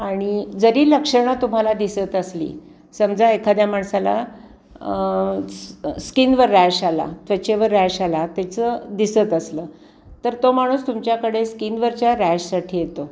आणि जरी लक्षणं तुम्हाला दिसत असली समजा एखाद्या माणसाला स् स्किनवर रॅश आला त्वेचेवर रॅश आला त्याचं दिसत असलं तर तो माणूस तुमच्याकडे स्किनवरच्या रॅशसाठी येतो